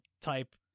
type